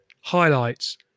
highlights